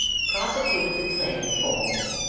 prosecuted the claim for me,